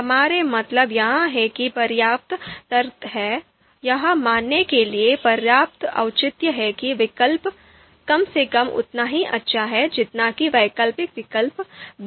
हमारा मतलब यह है कि पर्याप्त तर्क हैं यह मानने के लिए पर्याप्त औचित्य है कि विकल्प कम से कम उतना ही अच्छा है जितना कि वैकल्पिक विकल्प बी